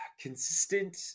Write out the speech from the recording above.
consistent